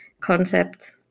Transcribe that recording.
concept